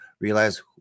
realize